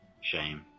Shame